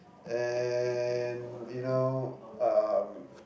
and you know um